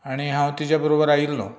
आनी हांव तिच्या बरोबर आयिल्लो